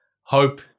hope